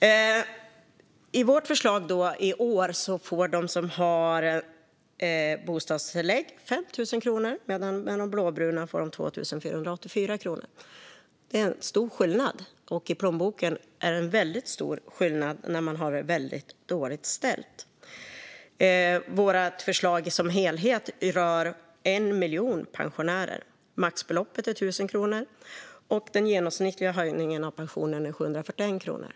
Med vårt förslag i år får de som har bostadstillägg 5 000 kronor medan de med de blåbruna får 2 484 kronor. Det är en stor skillnad, och i plånboken är det en väldigt stor skillnad när man har det väldigt dåligt ställt. Vårt förslag som helhet rör en miljon pensionärer. Maxbeloppet är 1 000 kronor, och den genomsnittliga höjningen av pensionen är 741 kronor.